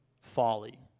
Folly